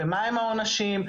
ומהם העונשים,